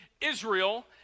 Israel